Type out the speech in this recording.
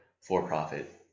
for-profit